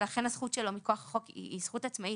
ולכן הזכות שלו מכוח החוק היא זכות עצמאית,